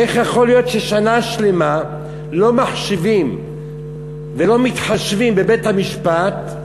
איך ייתכן ששנה שלמה לא מחשיבים ולא מתחשבים בבית-המשפט,